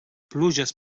pluges